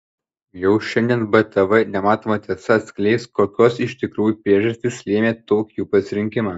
jau šiandien btv nematoma tiesa atskleis kokios iš tikrųjų priežastys lėmė tokį jų pasirinkimą